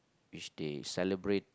each day celebrate